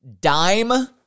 Dime